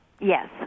Yes